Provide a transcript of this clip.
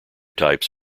types